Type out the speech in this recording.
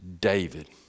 David